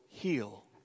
Heal